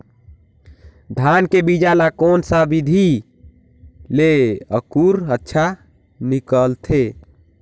धान के बीजा ला कोन सा विधि ले अंकुर अच्छा निकलथे?